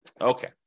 Okay